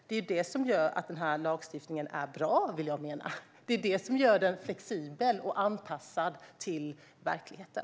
Det är det här som gör denna lagstiftning bra. Det är det som gör den flexibel och anpassad till verkligheten.